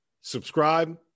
Subscribe